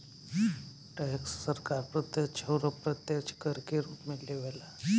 tax सरकार प्रत्यक्ष अउर अप्रत्यक्ष कर के रूप में लेवे ला